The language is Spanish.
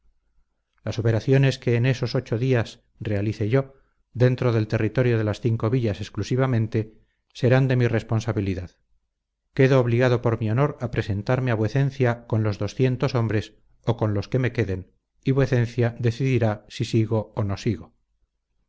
las operaciones que en esos ocho días realice yo dentro del territorio de las cinco villas exclusivamente serán de mi responsabilidad quedo obligado por mi honor a presentarme a vuecencia con los doscientos hombres o con los que me queden y vuecencia decidirá si sigo o no sigo